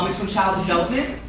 from child development.